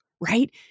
right